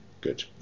Good